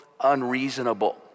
unreasonable